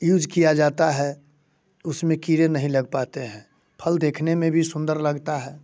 use किया जाता है उसमें कीड़े नहीं लग पाते हैं फल देखने में भी सुंदर लगता है